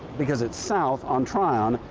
because it's south on tryon,